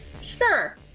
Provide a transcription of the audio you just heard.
Sure